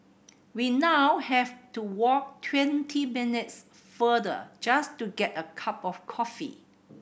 we now have to walk twenty minutes further just to get a cup of coffee